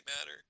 matter